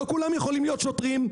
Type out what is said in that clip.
לא כולם יכולים להיות שוטרים,